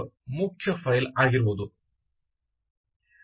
conf ಮುಖ್ಯ file ಆಗಿರುವುದು